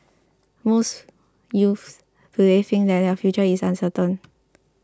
most youths today think that their future is uncertain